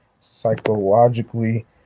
psychologically